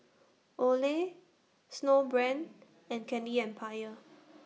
Olay Snowbrand and Candy Empire